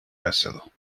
vessel